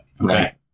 Okay